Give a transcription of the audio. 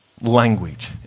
language